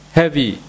heavy